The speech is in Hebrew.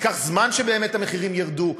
ייקח זמן שהמחירים ירדו.